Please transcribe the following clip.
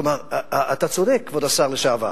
כלומר, אתה צודק, כבוד השר לשעבר.